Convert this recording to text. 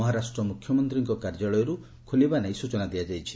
ମହାରାଷ୍ଟ୍ର ମୁଖ୍ୟମନ୍ତ୍ରୀଙ୍କ କାର୍ଯ୍ୟାଳୟରୁ ଏନେଇ ସୂଚନା ଦିଆଯାଇଛି